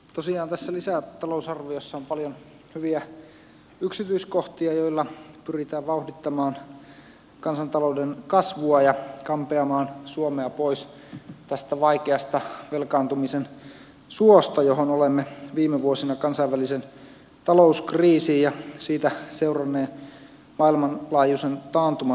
tosiaan tässä lisätalousarviossa on paljon hyviä yksityiskohtia joilla pyritään vauhdittamaan kansantalouden kasvua ja kampeamaan suomea pois tästä vaikeasta velkaantumisen suosta johon olemme viime vuosina kansainvälisen talouskriisin ja siitä seuranneen maailmanlaajuisen taantuman seurauksena vajonneet